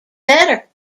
better